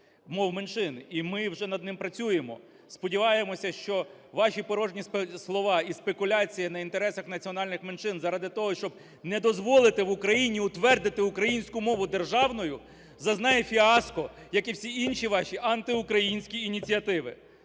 мов меншин, і ми вже над ним працюємо. Сподіваємося, що ваші порожні слова і спекуляція на інтересах національних меншин заради того, щоб не дозволити в Україні утвердити українську мову державною, зазнає фіаско, як і всі інші ваші антиукраїнські ініціативи.